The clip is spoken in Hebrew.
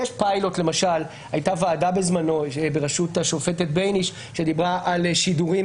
למשל כשאדם נעצר בחשד לביצוע עבירה כלשהי או לצורך חקירה,